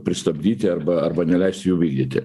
pristabdyti arba arba neleisti jų vykdyti